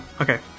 Okay